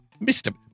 Mr